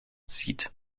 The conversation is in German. sieht